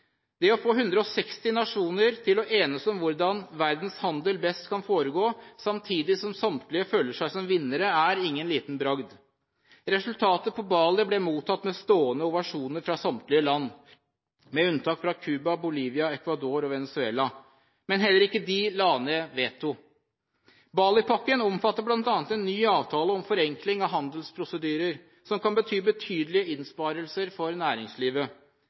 Det å få 160 nasjoner til å enes om hvordan verdens handel best kan foregå, samtidig som samtlige føler seg som vinnere, er ingen liten bragd. Resultatet på Bali ble mottatt med stående ovasjoner fra samtlige land, med unntak av Cuba, Bolivia, Ecuador og Venezuela. Men heller ikke de la ned veto. Bali-pakken omfatter bl.a. en ny avtale om forenkling av handelsprosedyrer som kan bety betydelige innsparinger for næringslivet